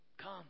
Come